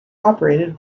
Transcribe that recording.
operated